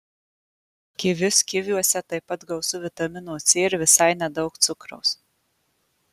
kivius kiviuose taip pat gausu vitamino c ir visai nedaug cukraus